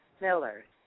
Miller